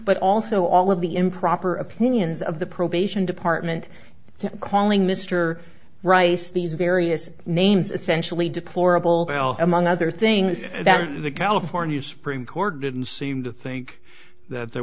but also all of the improper opinions of the probation department calling mr rice these various names essentially deplorable among other things that the california supreme court didn't seem to think that there